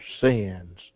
sins